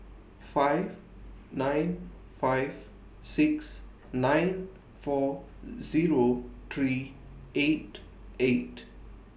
five nine five six nine four Zero three eight eight